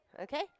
Okay